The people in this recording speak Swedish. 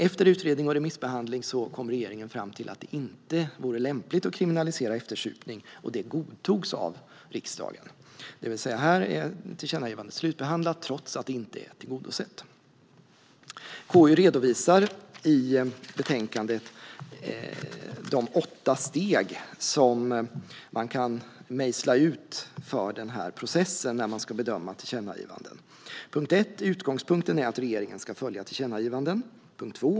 Efter utredning och remissbehandling kom regeringen fram till att det inte vore lämpligt att kriminalisera eftersupning, och det godtogs av riksdagen. I detta fall är alltså tillkännagivandet slutbehandlat trots att det inte är tillgodosett. I betänkandet redovisar KU de åtta steg som kan mejslas ut för processen när tillkännagivanden ska bedömas. Utgångspunkten är att regeringen ska följa tillkännagivanden.